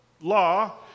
law